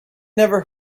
never